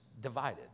divided